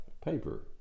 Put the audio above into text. paper